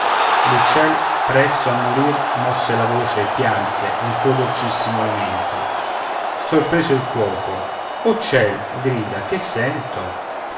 l'uccel presso a morir mosse la voce e pianse un suo dolcissimo lamento sorpreso il cuoco oh ciel grida che sento